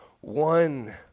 One